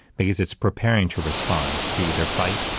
because it's preparing to respond to either fight,